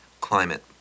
Climate